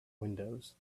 windows